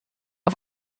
auf